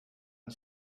and